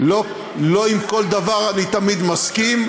לא עם כל דבר אני תמיד מסכים,